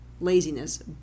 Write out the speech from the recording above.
laziness